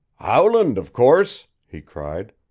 howland, of course! he cried.